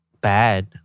bad